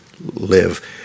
live